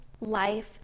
life